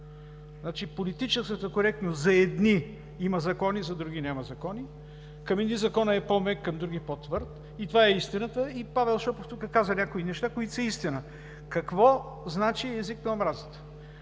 Политическата коректност „за едни има закони, за други няма закони“, към едни законът е по-мек, към други по-твърд – това е истината и Павел Шопов каза тук някои неща, които са истина. Какво значи език на омразата?